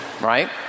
Right